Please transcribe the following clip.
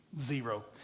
Zero